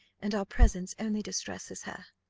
and our presence only distresses her.